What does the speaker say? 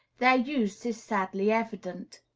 their use is sadly evident.